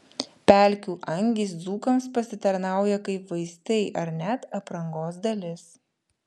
pelkių angys dzūkams pasitarnauja kaip vaistai ar net aprangos dalis